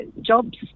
jobs